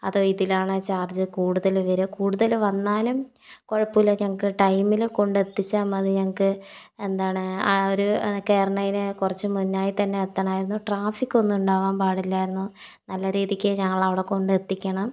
അതോ ഇതിലാണോ ചാർജ് കൂടുതൽ വരിക കൂടുതൽ വന്നാലും കുഴപ്പമില്ല ഞങ്ങൾക്ക് ടൈമിൽ കൊണ്ട് എത്തിച്ചാൽ മതി ഞങ്ങൾക്ക് എന്താണ് ആ ഒരു കയറണതിന് കുറച്ചു മുമ്പായിത്തന്നെ എത്തണമായിരുന്നു ട്രാഫിക്ക് ഒന്നും ഉണ്ടാവാൻ പാടില്ലായിരുന്നു നല്ല രീതിയ്ക്ക് ഞങ്ങളെ അവടെ കൊണ്ട് എത്തിക്കണം